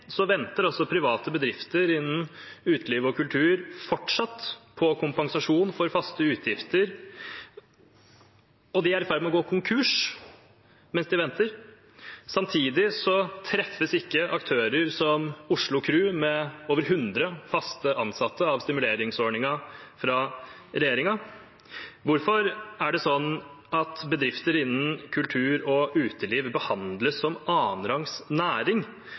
venter også private bedrifter innen uteliv og kultur fortsatt på kompensasjon for faste utgifter, og de er i ferd med å gå konkurs mens de venter. Samtidig treffes ikke aktører som Oslo Kru, med over 100 faste ansatte, av stimuleringsordningen fra regjeringen. Hvorfor er det sånn at bedrifter innen kultur og uteliv behandles som annenrangs næring?